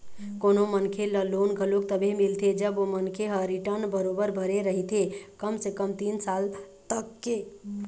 कोनो मनखे ल लोन घलोक तभे मिलथे जब ओ मनखे ह रिर्टन बरोबर भरे रहिथे कम से कम तीन साल तक के